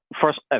first